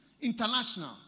international